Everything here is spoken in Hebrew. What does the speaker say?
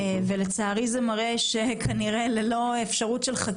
לצערי, זה מראה על כך שללא חקיקה,